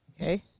Okay